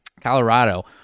Colorado